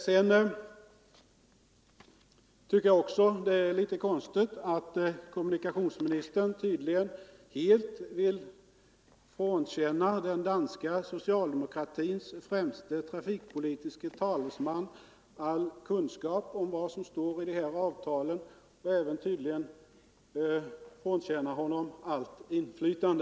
Jag tycker också det är litet konstigt att kommunikationsministern tydligen helt vill frånkänna den danska socialdemokratins främste trafikpolitiske talesman all kunskap om vad som står i det här avtalet och tydligen även vill frånkänna honom allt inflytande.